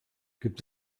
gibt